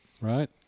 right